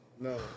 no